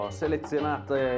selezionate